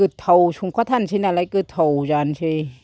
गोथाव संखाथारसै नालाय गोथाव जानोसै